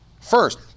first